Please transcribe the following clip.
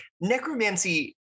necromancy